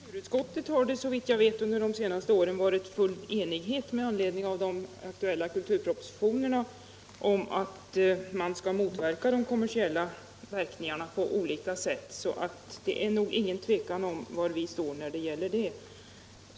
Herr talman! I kulturutskottet har det såvitt jag vet under de senaste åren vid behandlingen av de aktuella kulturpropositionerna rått full enighet om att man på olika sätt skall motverka de negativa effekterna av de kommersiella krafterna. Det är nog inget tvivel om var vi står i den frågan.